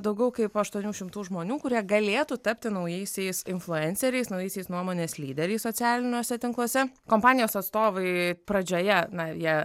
daugiau kaip aštuonių šimtų žmonių kurie galėtų tapti naujaisiais influenceriais naujaisiais nuomonės lyderiais socialiniuose tinkluose kompanijos atstovai pradžioje na jie